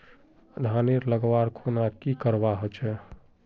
धानेर लगवार खुना की करवा होचे?